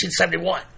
1971